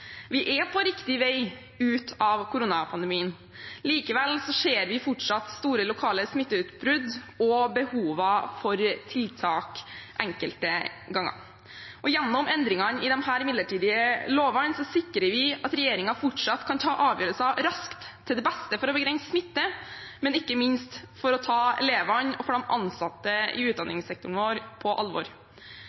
Vi er på riktig vei ut av koronapandemien. Likevel ser vi fortsatt store lokale smitteutbrudd og behov for tiltak enkelte ganger. Gjennom endringene i disse midlertidige lovene sikrer vi at regjeringen fortsatt kan ta avgjørelser raskt – til det beste for å begrense smitte og ikke minst for å ta elevene og de ansatte i utdanningssektoren på alvor.